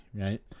right